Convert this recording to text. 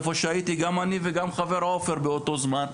איפה שהייתי גם אני וגם חבר הכנסת עופר באותו זמן,